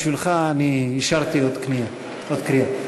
בשבילך השארתי עוד קריאה.